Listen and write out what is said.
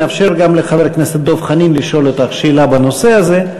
נאפשר גם לחבר הכנסת דב חנין לשאול שאלה בנושא הזה,